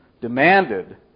demanded